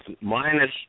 minus